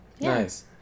Nice